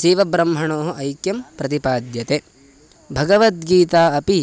जीवब्रह्मणोः ऐक्यं प्रतिपाद्यते भगवद्गीता अपि